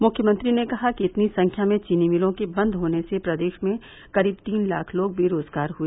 मुख्यमंत्री ने कहा कि इतनी संख्या में चीनी मिलों के बन्द होने से प्रदेश में करीब तीन लाख लोग बेरोजगार हुए